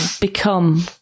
become